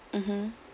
mmhmm